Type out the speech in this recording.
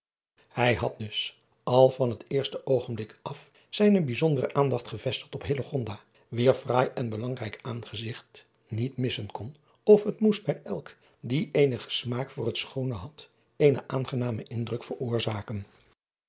ij had dus al van het eerste oogenblik af zijne bijzondere aandacht gevestigd op wier fraai en belangrijk aangezigt niet missen kon of het moest bij elk die eenigen smaak voor het schoone had eenen aangenamen indruk veroorzaken